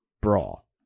brawl